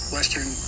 Western